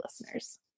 listeners